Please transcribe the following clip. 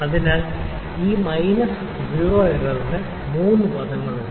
അതിനാൽ ഈ minus zero എറർന് മൂന്ന് പദങ്ങളുണ്ട്